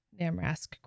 Namrask